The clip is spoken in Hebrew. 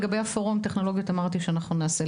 לגבי פורום טכנולוגיות אמרתי שאנחנו נעשה.